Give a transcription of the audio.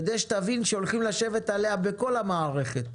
כדי שתבין שהולכים לשבת עליה בכל המערכת.